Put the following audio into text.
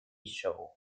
show